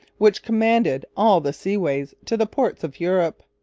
which commanded all the seaways to the ports of europe.